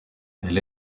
elle